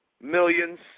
millions